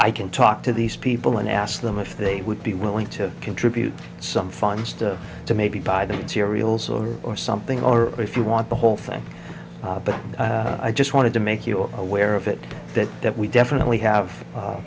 i can talk to these people and ask them if they would be willing to contribute some funds to to maybe buy the cereals or or something or if you want the whole thing but i just wanted to make you aware of it that that we definitely have